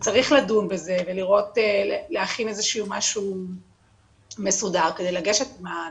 וצריך לדון בזה ולהכין איזה שהוא משהו מסודר כדי לגשת עם זה